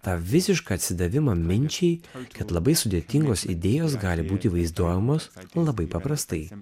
tą visišką atsidavimą minčiai kad labai sudėtingos idėjos gali būti vaizduojamos labai paprastai